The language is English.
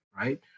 right